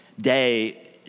day